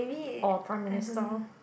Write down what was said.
or Prime Minister